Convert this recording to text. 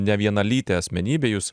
nevienalytė asmenybė jūs